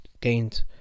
gained